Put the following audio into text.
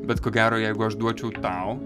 bet ko gero jeigu aš duočiau tau